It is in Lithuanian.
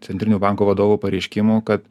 centrinių bankų vadovų pareiškimų kad